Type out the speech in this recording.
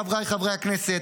חבריי חברי הכנסת,